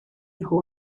nhw